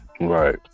Right